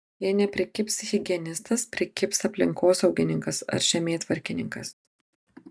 jei neprikibs higienistas prikibs aplinkosaugininkas ar žemėtvarkininkas